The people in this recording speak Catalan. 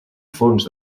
fons